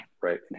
right